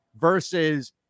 versus